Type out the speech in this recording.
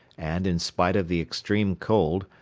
and, in spite of the extreme cold,